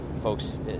Folks